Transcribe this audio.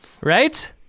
Right